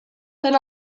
tant